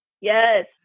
yes